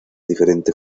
diferente